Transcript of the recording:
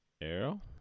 Arrow